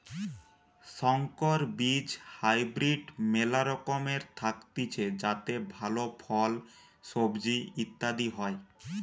সংকর বীজ হাইব্রিড মেলা রকমের থাকতিছে যাতে ভালো ফল, সবজি ইত্যাদি হয়